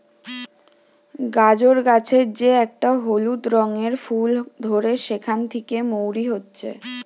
গাজর গাছের যে একটা হলুদ রঙের ফুল ধরে সেখান থিকে মৌরি হচ্ছে